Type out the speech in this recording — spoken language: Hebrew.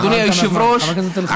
אדוני היושב-ראש,